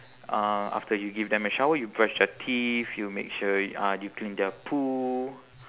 uh after you give them a shower you brush their teeth you make sure uh you clean their poo